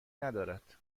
ندارد